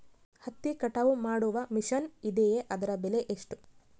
ಹತ್ತಿ ಕಟಾವು ಮಾಡುವ ಮಿಷನ್ ಇದೆಯೇ ಅದರ ಬೆಲೆ ಎಷ್ಟು?